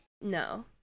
No